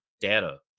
data